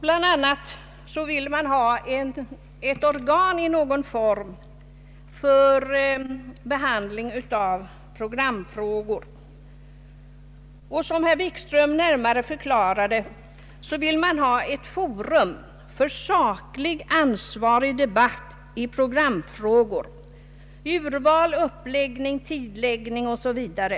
Bland annat vill man ha ett organ i någon form för behandling av programfrågor. Såsom herr Wikström förklarade, vill man ha ett forum för saklig, ansvarig debatt beträffande programfrågor, urval, uppläggning, tidläggning o.s.v.